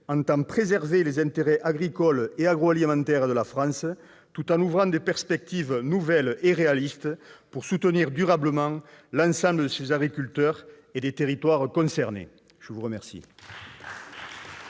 entend préserver les intérêts agricoles et agroalimentaires de la France tout en ouvrant des perspectives nouvelles et réalistes pour soutenir durablement l'ensemble de ses agriculteurs et des territoires concernés. La parole